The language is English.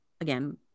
again